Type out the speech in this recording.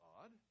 odd